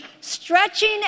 stretching